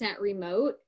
remote